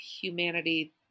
humanity